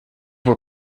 were